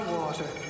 water